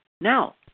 Now